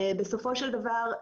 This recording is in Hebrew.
בסופו של דבר,